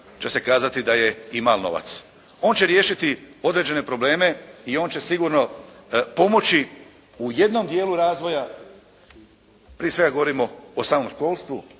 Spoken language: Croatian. će se kazati da je i mali novac. On će riješiti određene probleme i on će sigurno pomoći u jednom dijelu razvoja. Prije svega govorimo o samom školstvu,